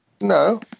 No